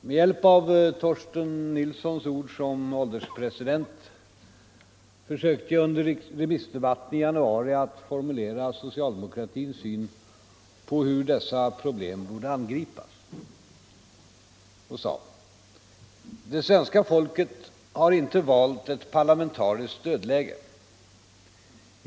Med stöd av Torsten Nilssons ord som ålderspresident försökte jag under remissdebatten i januari att formulera socialdemokratins syn på hur dessa problem borde angripas och sade: ”Det svenska folket har inte valt ett parlamentariskt dödläge.